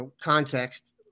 context